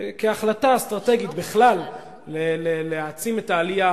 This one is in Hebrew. כהחלטה אסטרטגית בכלל להעצים את העלייה,